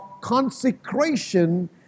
consecration